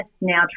now